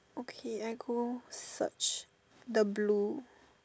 okay I go search the blue